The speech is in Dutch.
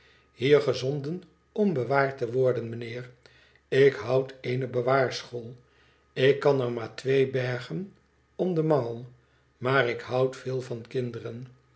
ihier gezonden om bewaard te worden mijnheer ik houd eene bewaarschool ik kan er maar twee bergen om den mangel maar ik houd veel van kinderen